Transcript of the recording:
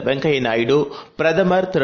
வெங்கய்யநாயுடு பிரதமர்திரு